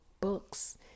books